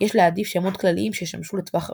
יש להעדיף שמות כלליים שישמשו לטווח רחוק.